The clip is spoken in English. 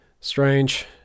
Strange